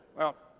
well,